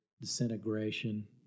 disintegration